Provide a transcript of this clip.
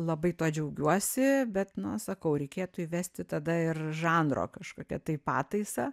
labai tuo džiaugiuosi bet na sakau reikėtų įvesti tada ir žanro kažkokią tai pataisą